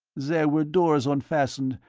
there were doors unfastened,